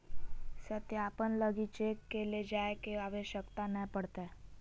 सत्यापन लगी चेक के ले जाय के आवश्यकता नय पड़तय